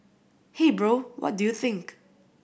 hey bro what do you think